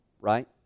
right